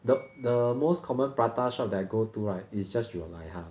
the the most common prata shop that I go to right it's just Julaiha